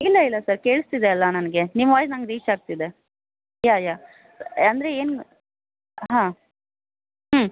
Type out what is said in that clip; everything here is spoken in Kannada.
ಇಲ್ಲ ಇಲ್ಲ ಸರ್ ಕೇಳಿಸ್ತಿದೆ ಅಲ್ಲ ನನಗೆ ನಿಮ್ಮ ವಾಯ್ಸ್ ನಂಗೆ ರೀಚ್ ಆಗ್ತಿದೆ ಯಾ ಯಾ ಅಂದರೆ ಏನು ಹಾಂ ಹ್ಞೂ